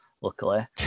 luckily